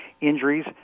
injuries